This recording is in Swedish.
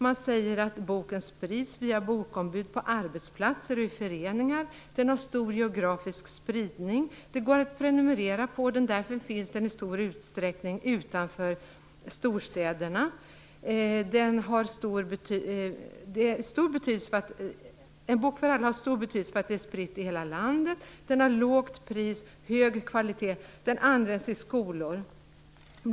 Man säger att boken sprids via bokombud på arbetsplatser och i föreningar. Den har stor geografisk spridning. Det går att prenumerera på den, och därför finns den i stor utsträckning utanför storstäderna. En bok för alla har stor betydelse därför att böckerna är spridda över hela landet. De har lågt pris och hög kvalitet. De används i skolor.